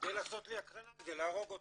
כדי לעשות לי הקרנה כדי להרוג אותם.